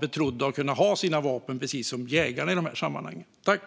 betro dem med sina vapen, precis som jägarna har sina vapen?